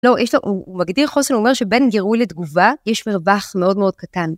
לא, הוא מגדיר חוסן, הוא אומר שבין גירוי לתגובה יש מרווח מאוד מאוד קטן.